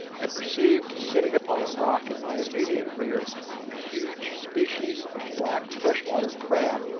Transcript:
and perceived sitting upon a rock in my immediate rear a huge species of black freshwater crab,